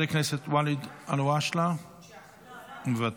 חבר הכנסת ואליד אלהואשלה, מוותר,